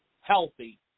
healthy